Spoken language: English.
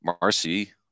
Marcy